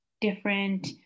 different